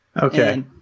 Okay